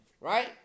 Right